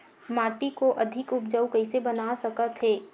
माटी को अधिक उपजाऊ कइसे बना सकत हे?